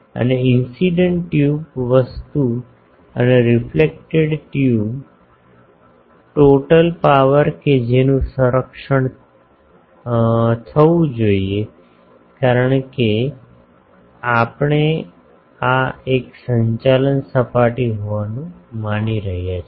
અને incident tube વસ્તુ અને રીફ્લેક્ટેડ ટ્યુબ ટોટલ પાવર કે જેનું સંરક્ષણ થવું જોઈએ કારણ કે આ આપણે એક સંચાલન સપાટી હોવાનું માની રહ્યા છીએ